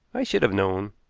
i should have known,